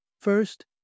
First